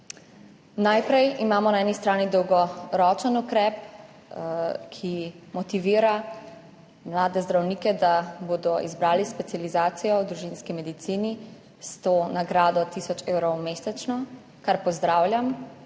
Najprej imamo na eni strani dolgoročen ukrep, ki motivira mlade zdravnike, da bodo izbrali specializacijo v družinski medicini, s to nagrado tisoč evrov mesečno, kar pozdravljam,